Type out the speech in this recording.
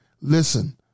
listen